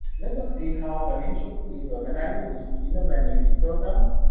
let us see how grameen shakti is organizing its renewable energy programs.